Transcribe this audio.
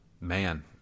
Man